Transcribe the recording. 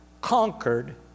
conquered